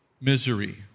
misery